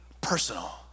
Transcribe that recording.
personal